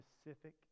specific